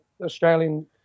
Australian